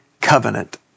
covenant